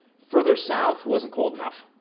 further south wasn't cold enough,